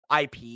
IP